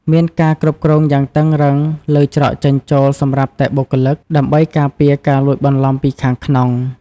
មានការគ្រប់គ្រងយ៉ាងតឹងរ៉ឹងលើច្រកចេញចូលសម្រាប់តែបុគ្គលិក ដើម្បីការពារការលួចបន្លំពីខាងក្នុង។